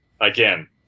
again